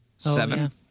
Seven